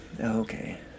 Okay